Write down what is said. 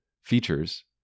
features